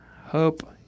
Hope